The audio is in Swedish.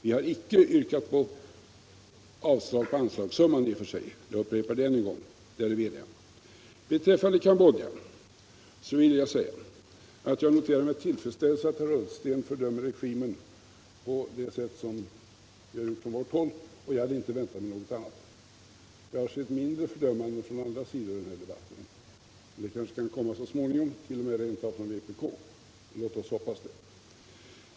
Vi har icke yrkat avslag på anslagssumman i och för sig — jag upprepar det ännu en gång. Härvidlag råder enighet. Beträffande Cambodja noterar jag med tillfredsställelse att herr Ullsten fördömer regimen på det sätt som vi har gjort på vårt håll. och jag hade inte väntat mig något annat. Jag har sett mindre fördömanden från andra sidor i den här debatten, och det kanske kan komma så småningom 1.0. m. från vpk. Låt oss hoppas det.